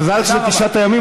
מזל שעכשיו תשעת הימים,